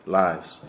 lives